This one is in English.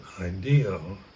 ideal